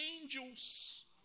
angels